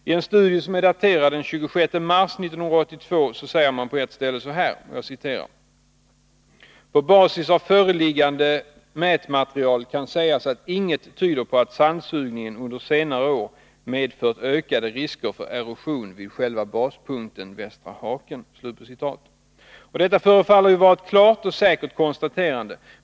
I en studie som är daterad den 26 mars 1982 säger man på ett ställe så här: ”På basis av föreliggande mätmaterial kan sägas att inget tyder på att sandsugningen under senare år medfört ökade risker för erosion vid själva baspunkten Västra Haken.” Detta förefaller ju vara ett klart och säkert konstaterande.